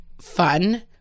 fun